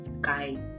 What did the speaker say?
guy